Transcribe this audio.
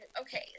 okay